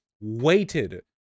weighted